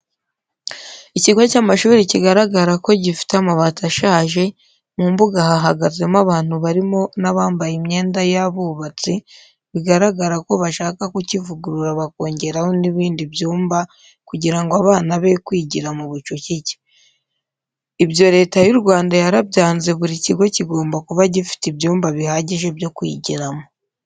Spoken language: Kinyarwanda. Ikigo cy'amashuri kigaragara ko gifite amabati ashaje, mu mbuga hahagaze abantu barimo n'abambaye imyenda y'abubatsi bigaragara ko bashaka kukivugurura bakongeraho n'ibindi byumba kugira ngo abana be kwigira mu bucucike. Ibyo Leta y'u Rwanda yarabyanze buri kigo kigomba kuba gifite ibyumba bihagije byo kwigiramo.